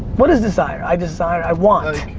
what is desire? i desire, i want.